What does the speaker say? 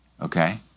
okay